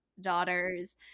daughters